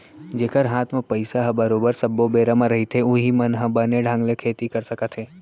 जेखर हात म पइसा ह बरोबर सब्बो बेरा म रहिथे उहीं मन ह बने ढंग ले खेती कर सकत हे